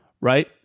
right